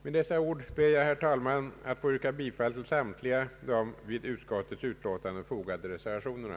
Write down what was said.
Med dessa ord ber jag, herr talman, att få yrka bifall till samtliga de vid utskottsutlåtandet fogade reservationerna.